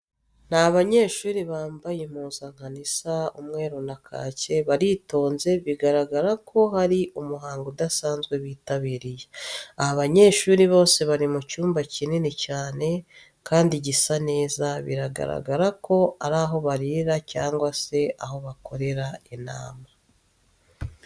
Ni abanyeshuri bambaye impuzankano isa umweru na kake, baritonze bigaragara ko hari umuhango udasanzwe bitabiriye. Aba banyeshuri bose bari mu cyumba kinini cyane kandi gisa neza, biragaragara ko ari aho barira cyangwa se aho bakorera inama.